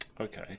okay